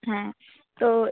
হ্যাঁ তো